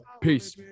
Peace